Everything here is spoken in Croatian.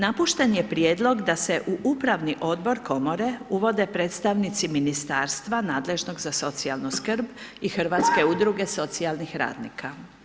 Napušten je prijedlog da se u upravni odbor komore uvode predstavnici ministarstava nadležnog za socijalnu skrb i hrvatske udruge socijalnih radnika.